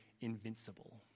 invincible